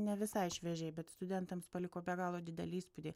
ne visai šviežiai bet studentams paliko be galo didelį įspūdį